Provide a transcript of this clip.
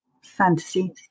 Fantasy